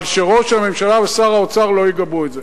אבל שראש הממשלה ושר האוצר לא יגבו את זה.